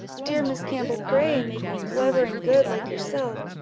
dear miss campbell, pray make me clever and good like yourself,